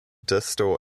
distal